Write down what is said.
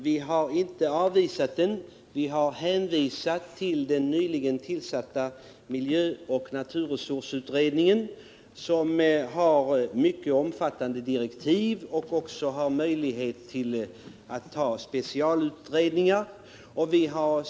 Vi har inte avvisat kravet utan hänvisat till den nyligen tillsatta naturresursoch miljöutredningen, som har mycket omfattande direktiv och också kan göra specialutredningar.